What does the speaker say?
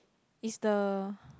is the